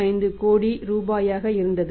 05 கோடி ரூபாயாக இருந்தது